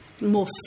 more